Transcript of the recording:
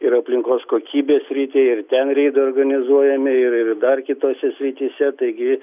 ir aplinkos kokybės srity ir ten reidai organozuojami ir dar kitose srityse taigi